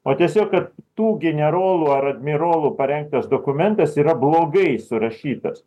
o tiesiog kad tų generolų ar admirolų parengtas dokumentas yra blogai surašytas